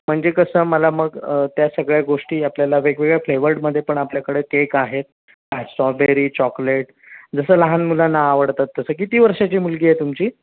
म्हणजे कसं मला मग त्या सगळ्या गोष्टी आपल्याला वेगवेगळ्या फ्लेवर्डमध्ये पण आपल्याकडे केक आहेत स्ट्रॉबेरी चॉकलेट जसं लहान मुलांना आवडतात तसं किती वर्षाची मुलगी आहे तुमची